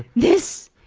this,